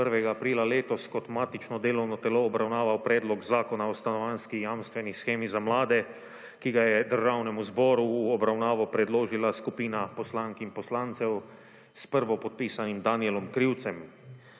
1. 4. letos, kot matično delovno telo obravnaval Predlog zakona o stanovanjski jamstveni shemi za mlade, ki ga je Državnemu zboru v obravnavo predložila skupina poslank in poslancev s prvo podpisanim Danijelom Krivcem.